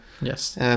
Yes